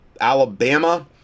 Alabama